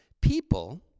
People